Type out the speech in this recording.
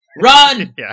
run